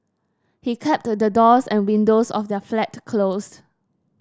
he kept the doors and windows of their flat closed